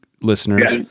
listeners